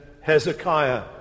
Hezekiah